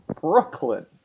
Brooklyn